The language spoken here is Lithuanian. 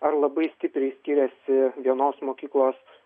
ar labai stipriai skiriasi vienos mokyklos